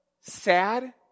sad